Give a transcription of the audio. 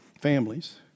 families